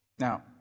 Now